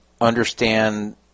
understand